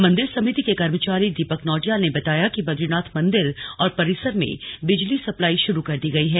मंदिर समिति के कर्मचारी दीपक नौटियाल ने बताया कि बदरीनाथ मंदिर और परिसर में बिजली सप्लाई शुरू कर दी गयी है